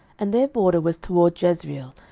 and their border was toward jezreel,